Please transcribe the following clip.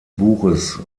buches